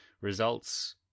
results